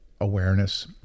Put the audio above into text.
awareness